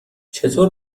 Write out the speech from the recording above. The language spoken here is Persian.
چطور